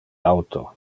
auto